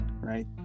right